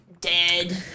dead